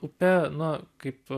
upe na kaip